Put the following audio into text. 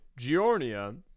Giornia